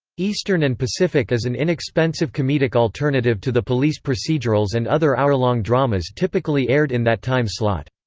eastern and pacific as an inexpensive comedic alternative to the police procedurals and other hour-long dramas typically aired in that time slot.